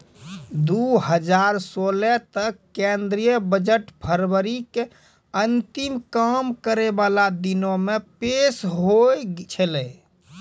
दु हजार सोलह तक केंद्रीय बजट फरवरी के अंतिम काम करै बाला दिनो मे पेश होय छलै